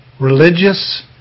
Religious